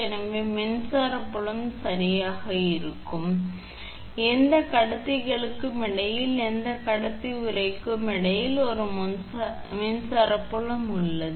எனவே மின்சார புலம் சரியாக இருக்கும் இதனால் எந்த 2 கடத்திகளுக்கும் இடையில் எந்த கடத்திக்கும் உறைகளுக்கும் இடையில் ஒரு மின்சார புலம் உள்ளது